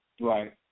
Right